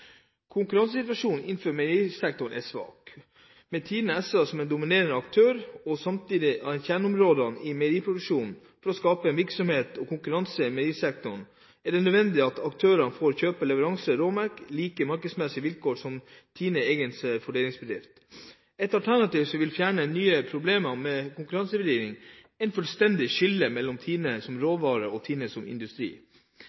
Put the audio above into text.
Konkurransesituasjonen innenfor meierisektoren er svak, med TINE SA som en dominerende aktør i samtlige kjerneområder i meieriproduksjonen. For å skape en virksom konkurranse i meierisektoren er det nødvendig at aktører får kjøpe leveranser av råmelk på like markedsmessige vilkår som TINEs egen foredlingsbedrift. Et alternativ som vil fjerne mye av problemet med konkurransevridning, er et fullstendig skille mellom TINE